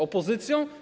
Opozycją?